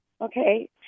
Okay